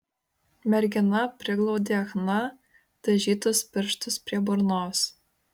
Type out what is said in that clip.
mergina priglaudė chna dažytus pirštus prie burnos